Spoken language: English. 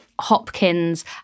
Hopkins